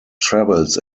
travels